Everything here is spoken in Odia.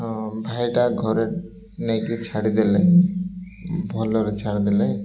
ହଁ ଭାଇଟା ଘରେ ନେଇକି ଛାଡ଼ିଦେଲେ ଭଲରେ ଛାଡ଼ିଦେଲେ